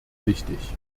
wichtig